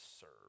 serve